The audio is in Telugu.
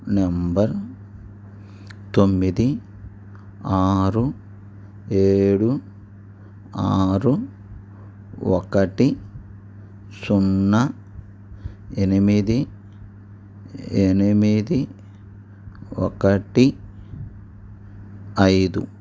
నెంబర్ తొమ్మిది ఆరు ఏడు ఆరు ఒకటి సున్నా ఎనిమిది ఎనిమిది ఒకటి ఐదు